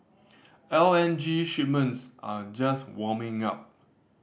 L N G shipments are just warming up